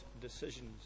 decisions